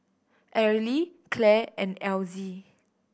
Arely Clell and Elsie